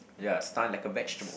ya stun like a vegetable